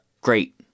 great